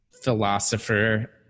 philosopher